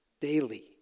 daily